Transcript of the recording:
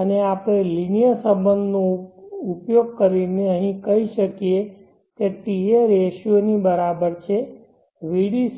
અને આપણે લિનિયર સંબંધ નો ઉપયોગ કરીને કહી શકીએ ta રેશિયો ની બરાબર છે vdc એ TS